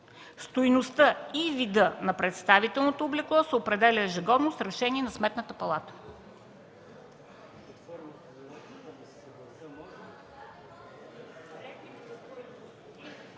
Стойността и видът на представителното облекло се определят ежегодно с решение на Сметната палата”.